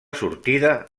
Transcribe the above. sortida